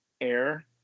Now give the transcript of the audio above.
air